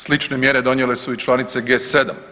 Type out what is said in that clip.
Slične mjere donijele su i članice G-7.